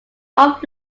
off